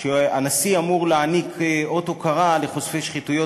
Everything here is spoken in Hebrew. שהנשיא אמור להעניק אות הוקרה לחושפי שחיתויות,